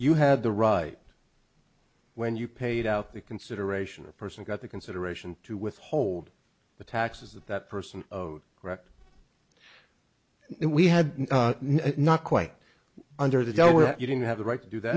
you have the right when you paid out the consideration a person got the consideration to withhold the taxes that that person correct we had not quite under the delaware you didn't have the right to do that